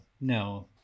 no